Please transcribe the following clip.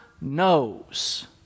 knows